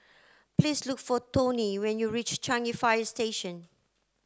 please look for Toney when you reach Changi Fire Station